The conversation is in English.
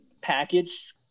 package